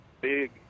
big